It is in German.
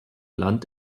land